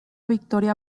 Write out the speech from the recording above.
victoria